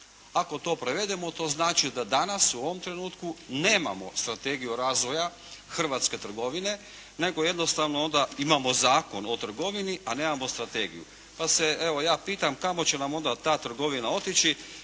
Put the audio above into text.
Ako to prevedemo to znači da danas u ovom trenutku nemamo strategiju razvoja hrvatske trgovine nego jednostavno onda imamo Zakon o trgovini a nemamo strategiju. Pa se evo ja pitam kamo će nam onda ta trgovina otići